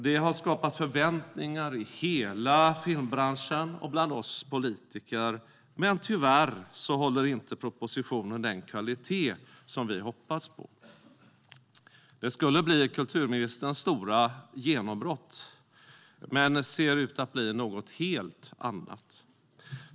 Det har skapat förväntningar i hela filmbranschen och bland oss politiker, men tyvärr håller propositionen inte den kvalitet som vi hoppats på. Det skulle bli kulturministerns stora genombrott men ser ut att bli något helt annat.